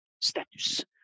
status